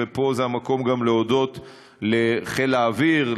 פה זה המקום גם להודות לחיל האוויר,